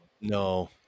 no